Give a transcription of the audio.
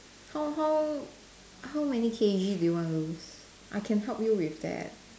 how how many k_g you wanna lose I can help you with that